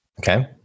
Okay